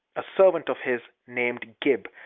a servant of his, named gib,